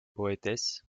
poétesse